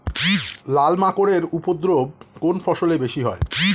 লাল মাকড় এর উপদ্রব কোন ফসলে বেশি হয়?